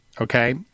okay